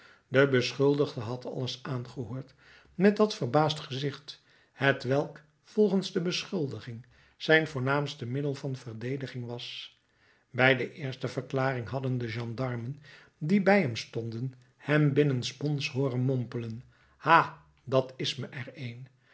de beschuldigde had alles aangehoord met dat verbaasd gezicht hetwelk volgens de beschuldiging zijn voornaamste middel van verdediging was bij de eerste verklaring hadden de gendarmen die bij hem stonden hem binnensmonds hooren mompelen ha dat is er me een